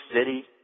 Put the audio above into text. City